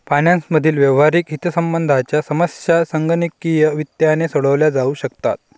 finance मधील व्यावहारिक हितसंबंधांच्या समस्या संगणकीय वित्ताने सोडवल्या जाऊ शकतात